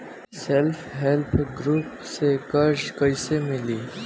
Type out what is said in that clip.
Self help group से कर्जा कईसे मिली?